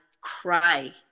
cry